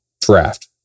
draft